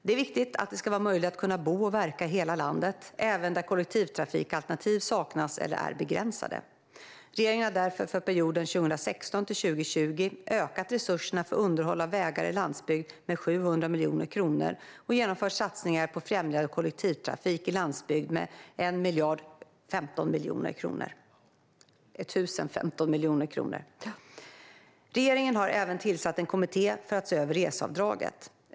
Det är viktigt att det ska vara möjligt att bo och verka i hela landet, även där kollektivtrafikalternativ saknas eller är begränsade. Regeringen har därför för perioden 2016-2020 ökat resurserna för underhåll av vägar i landsbygd med 700 miljoner kronor och genomfört satsningar på främjande av kollektivtrafik i landsbygd med 1 015 miljoner kronor. Regeringen har även tillsatt en kommitté för att se över reseavdraget.